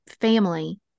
family